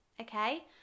Okay